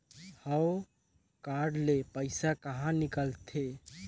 हव कारड ले पइसा कहा निकलथे?